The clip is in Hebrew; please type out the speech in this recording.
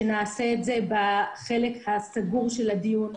שתעשו את זה בחלק הסגור של הדיון,